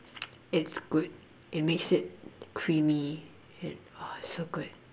it's good it makes it creamy it oh it's so good